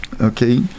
Okay